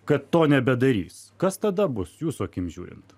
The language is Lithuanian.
kad to nebedarys kas tada bus jūsų akim žiūrint